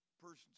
person's